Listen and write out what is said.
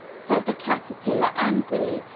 said the caterpillar angrily,